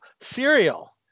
cereal